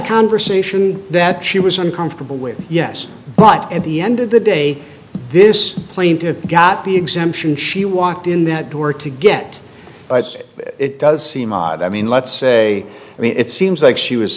conversation that she was uncomfortable with yes but at the end of the day this plaintive got the exemption she walked in that door to get but it does seem odd i mean let's say i mean it seems like she was